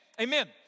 Amen